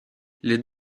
les